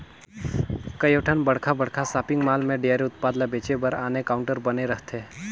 कयोठन बड़खा बड़खा सॉपिंग मॉल में डेयरी उत्पाद ल बेचे बर आने काउंटर बने रहथे